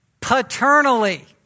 paternally